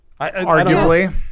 Arguably